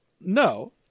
no